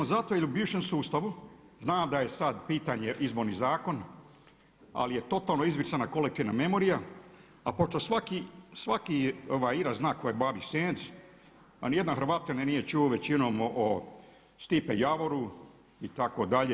Zato jer u bivšem sustavu, znam da je sad pitanje Izborni zakon, ali je totalno izbrisana kolektivna memorija, a pošto svaki … zna tko je … a nijedan Hrvat nije čuo o Stipe Javoru itd.